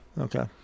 Okay